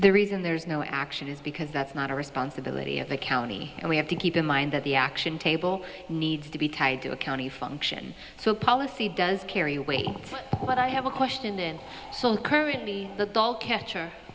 the reason there is no action is because that's not our responsibility of the county and we have to keep in mind that the action table needs to be tied to a county function so a policy does carry weight but i have a question then so currently the dog catcher